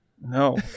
no